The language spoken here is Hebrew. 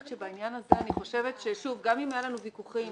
שבעניין הזה גם אם היו לנו ויכוחים,